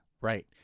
Right